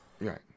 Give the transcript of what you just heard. Right